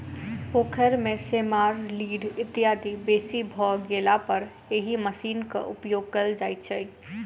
पोखैर मे सेमार, लीढ़ इत्यादि बेसी भ गेलापर एहि मशीनक उपयोग कयल जाइत छै